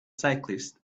cyclists